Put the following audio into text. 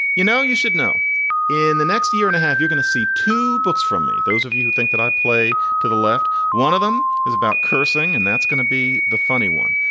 you know, you should know in the next year and a half, you're going to see two books from me. those of you who think that i play to the left. one of them is about cursing and that's going to be the funny one.